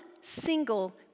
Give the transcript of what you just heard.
single